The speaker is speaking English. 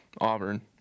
Auburn